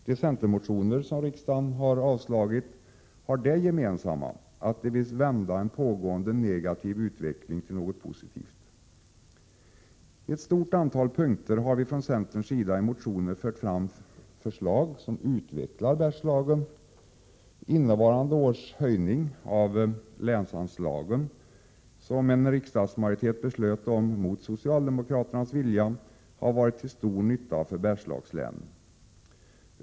De centermotioner som riksdagen har avslagit har det gemensamt att de vill vända en pågående negativ utveckling till något positivt. I ett stort antal punkter har vi från centern i motioner fört fram förslag för att utveckla Bergslagen. Innevarande års höjning av länsanslaget, som en riksdagsmajoritet beslutade mot socialdemokraternas vilja, har varit till stor nytta för Bergslagslänen.